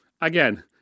again